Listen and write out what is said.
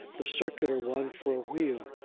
the circular one for a wheel,